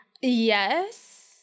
yes